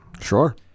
Sure